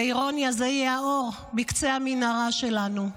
באירוניה, זה יהיה האור בקצה המנהרה שלנו.